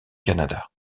canada